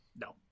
No